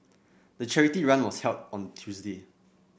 the charity run was held on Tuesday